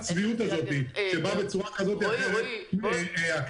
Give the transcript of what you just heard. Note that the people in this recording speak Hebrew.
תודה רבה לך.